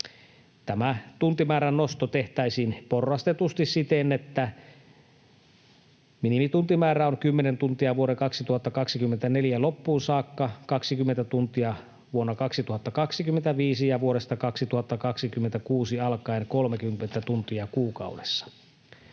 Tämä tuntimäärän nosto tehtäisiin porrastetusti siten, että minimituntimäärä on 10 tuntia vuoden 2024 loppuun saakka, 20 tuntia vuonna 2025 ja vuodesta 2026 alkaen 30 tuntia kuukaudessa.